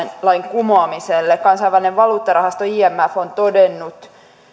kumoamiselle kansainvälinen valuuttarahasto imf on todennut